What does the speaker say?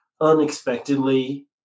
unexpectedly